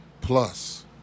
plus